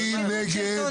מי נגד?